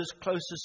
closest